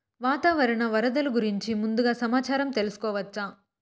వాతావరణం వరదలు గురించి ముందుగా సమాచారం తెలుసుకోవచ్చా?